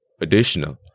additional